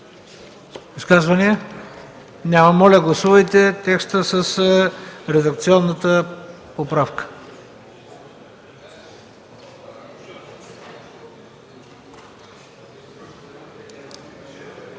Изказвания? Няма. Моля, гласувайте текста с редакционната поправка.